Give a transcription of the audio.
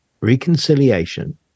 Reconciliation